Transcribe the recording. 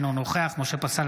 אינו נוכח משה פסל,